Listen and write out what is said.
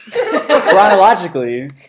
chronologically